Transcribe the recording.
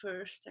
first